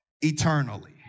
eternally